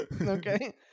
okay